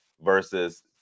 versus